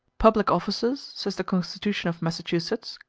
public officers, says the constitution of massachusetts,